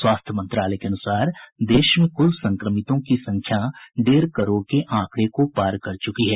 स्वास्थ्य मंत्रालय के अनुसार देश में कुल संक्रमितों की संख्या डेढ़ करोड़ के आंकड़ें को पार कर चुकी है